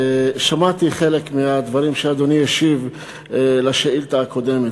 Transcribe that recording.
שמעתי חלק מהדברים שאדוני השיב על השאילתה הקודמת.